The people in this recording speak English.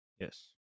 yes